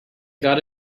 got